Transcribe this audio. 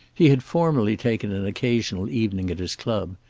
he had formerly taken an occasional evening at his club,